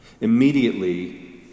Immediately